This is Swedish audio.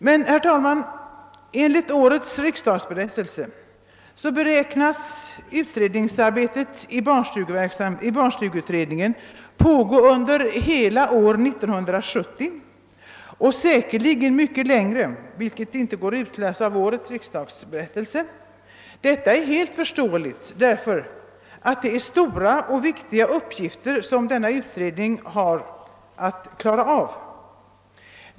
Men, herr talman, enligt årets riksdagsberättelse beräknas arbetet i barnstugeutredningen pågå under hela 1970, och det blir säkerligen mycket längre fastän man inte kan utläsa detta av årets riksdagsberättelse. Detta är helt förståeligt med hänsyn till de stora och viktiga arbetsuppgifter som utredningen har att klara av.